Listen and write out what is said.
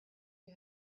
you